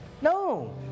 No